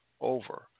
over